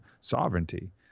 sovereignty